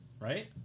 Right